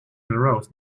arouse